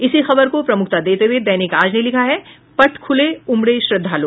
इसी खबर को प्रमुखता देते हुये दैनिक आज ने लिखा है पट खुले उमड़े श्रद्वालु